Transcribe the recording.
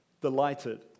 delighted